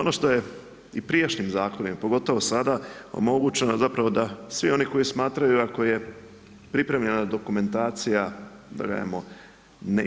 Ono što je i prijašnjim zakonima, pogotovo sada omogućeno zapravo da svi oni koji smatraju ako je pripremljena dokumentacija da kažemo